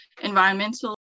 environmental